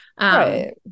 Right